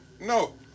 no